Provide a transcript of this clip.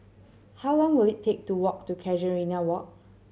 how long will it take to walk to Casuarina Walk